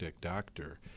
doctor